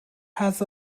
has